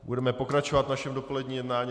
Budeme pokračovat v našem dopoledním jednání.